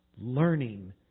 learning